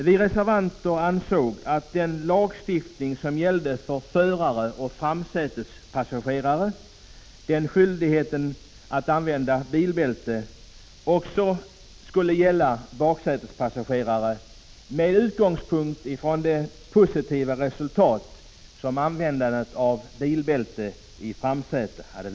Med utgångspunkt i de positiva resultat som användandet av bilbältet i framsätet hade visat ansåg vi reservanter att samma skyldighet att använda bilbälte som lagstiftningen ålade förare och framsätespassagerare också skulle gälla baksätespassagerare.